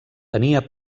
tenia